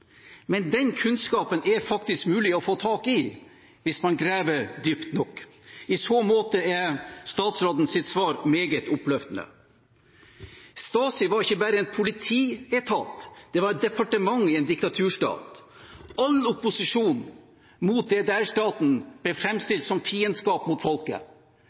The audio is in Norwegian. Men den kunnskapen er faktisk mulig å få tak i hvis man graver dypt nok. I så måte er statsrådens svar meget oppløftende. Stasi var ikke bare en politietat, det var et departement i en diktaturstat. All opposisjon mot DDR-staten ble framstilt som fiendskap mot folket.